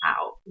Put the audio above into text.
out